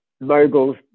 moguls